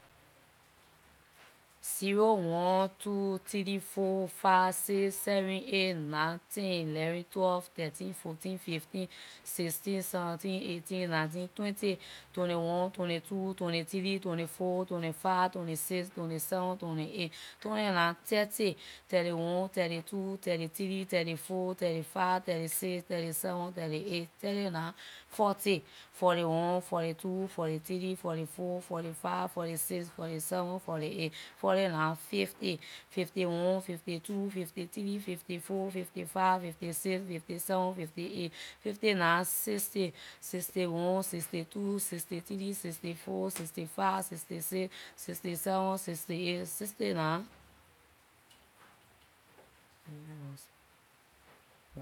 Zero, one, two, three, four, five, six, seven, eight, nine, ten, eleven, twelve, thirteen, fourteen, fifteen, sixteen, seventeen, eighteen, nineteen, twenty, twenty-one, twenty-two, twenty-three, twenty-four, twenty-five, twenty-six, twenty-seven, twenty-eight, twenty-nine, thirty, thirty-one, thirty-two, thirty-three, thirty-four, thirty-five, thirty-six, thirty-seven, thirty-eight, thirty-nine, forty, forty-one, forty-two, forty-three, forty-four, forty-five, forty-six forty-seven, forty-eight, forty-nine, fifty, fifty-one, fifty-two, fifty-three, fifty-four, fifty-five, fifty-six, fifty-seven, fifty-eight, fifty-nine, sixty, sixty-one, sixty-two, sixty-three, sixty-four, sixty-five, sixty-six, sixty